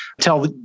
tell